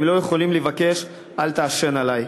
הם לא יכולים לבקש: אל תעשן עלי,